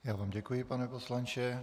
Já vám děkuji, pane poslanče.